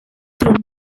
through